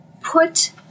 put